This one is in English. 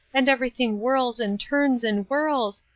and everything whirls and turns and whirls.